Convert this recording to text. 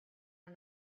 are